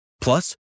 Plus